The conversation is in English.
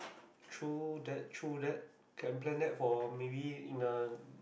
true that true that can plan that for maybe in a